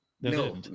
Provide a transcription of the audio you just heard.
No